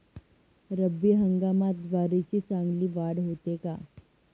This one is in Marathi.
रब्बी हंगामात ज्वारीची चांगली वाढ होते का?